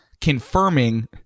confirming